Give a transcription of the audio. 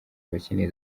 abakeneye